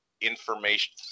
information